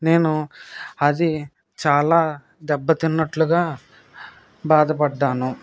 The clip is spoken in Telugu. నేను అది చాలా దెబ్బతిన్నట్లుగా బాధపడ్డాను